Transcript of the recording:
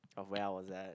of where I was at